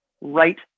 right